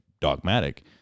dogmatic